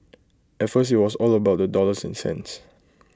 at first IT was all about the dollars and cents